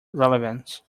relevance